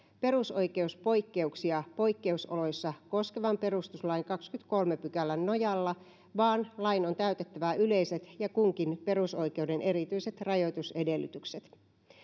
perusoikeuspoikkeuksia poikkeusoloissa koskevan perustuslain kahdennenkymmenennenkolmannen pykälän nojalla vaan lain on täytettävä yleiset ja kunkin perusoikeuden erityiset rajoitusedellytykset